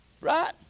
Right